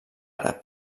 àrab